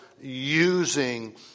using